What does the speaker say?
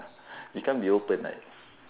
it can't be open right